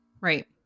Right